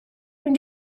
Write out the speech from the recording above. when